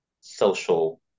social